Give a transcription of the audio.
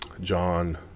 John